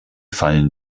fallen